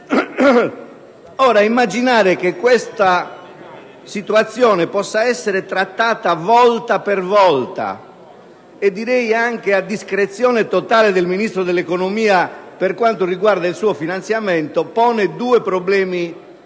Ora, immaginare che questa situazione possa essere trattata volta per volta, a discrezione totale del Ministro dell'economia per quanto attiene al suo finanziamento, pone due problemi